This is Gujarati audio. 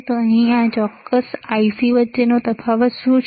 તો અહીં આ અને આ ચોક્કસ IC વચ્ચે શું તફાવત છે